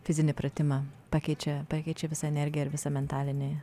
fizinį pratimą pakeičia perkeičia visą energiją ir visą mentalinį